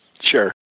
Sure